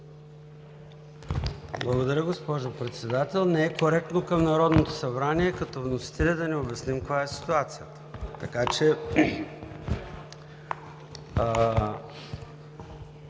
Благодаря, госпожо Председател. Не е коректно към Народното събрание като вносители да не обясним каква е ситуацията, така че…